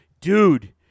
Dude